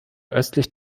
östlich